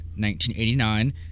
1989